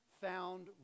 found